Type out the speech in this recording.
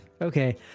Okay